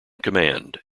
command